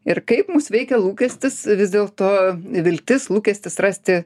ir kaip mus veikia lūkestis vis dėlto viltis lūkestis rasti